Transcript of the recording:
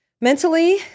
mentally